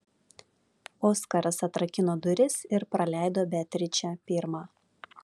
oskaras atrakino duris ir praleido beatričę pirmą